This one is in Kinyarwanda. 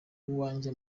iwanjye